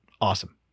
Awesome